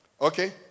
okay